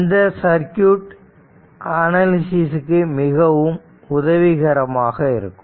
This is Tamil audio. இது சர்க்யூட் அனாலிசிஸ் க்கு மிகவும் உதவிகரமாக இருக்கும்